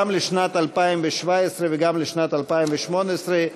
גם לשנת 2017 וגם לשנת 2018,